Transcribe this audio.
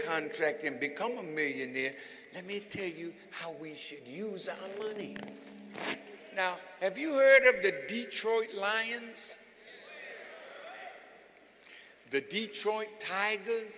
contract and become a millionaire let me tell you how we should use our money now if you heard of the detroit lions the detroit tigers